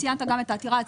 ציינת גם את העתירה.